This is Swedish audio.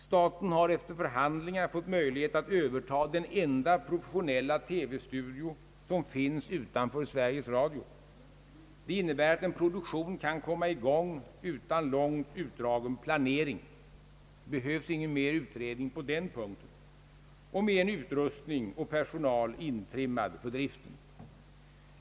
Staten har efter förhandlingar fått möjlighet att överta den enda professionella TV-studio som finns utanför Sveriges Radio. Det innebär att en produktion kan komma i gång utan långt utdragen planering — det behövs ingen mer utredning på den punkten — och med en utrustning och personal intrimmad för driften.